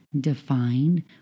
defined